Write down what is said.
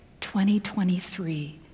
2023